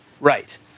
Right